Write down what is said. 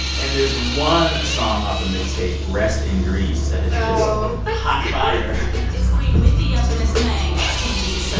and there's one song off the mixtape rest in grease that is hot fire it's queen wendy up in this thing. y'all can't beat us so